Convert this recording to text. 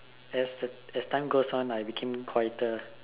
as the as time goes on I became quieter